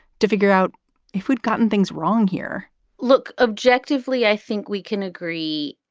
to figure out if we'd gotten things wrong here look, objectively, i think we can agree,